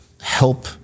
help